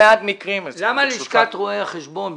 למה לשכת רואי החשבון,